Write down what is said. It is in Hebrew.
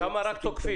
שם רק תוקפים.